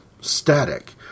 static